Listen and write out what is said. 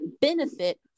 benefit